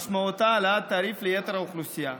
משמעותה העלאת התעריף ליתר האוכלוסייה.